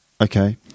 Okay